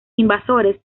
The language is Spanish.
invasores